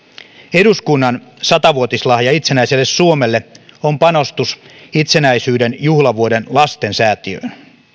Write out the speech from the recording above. eduskunnan sata vuotislahja itsenäiselle suomelle on panostus itsenäisyyden juhlavuoden lastensäätiöön